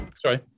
Sorry